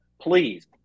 please